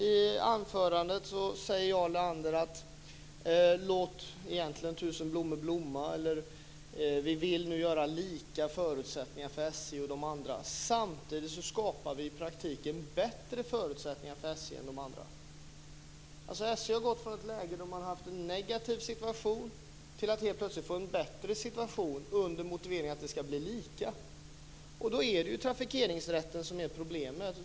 I anförandet säger Jarl Lander: Låt tusen blommor blomma, eller: Vi vill nu göra lika förutsättningar för SJ och de andra. Samtidigt skapar vi i praktiken bättre förutsättningar för SJ än för de andra. SJ går från ett läge där man haft en negativ situation till att helt plötsligt få en bättre situation med motiveringen att det ska bli lika. Då är det ju trafikeringsrätten som är problemet.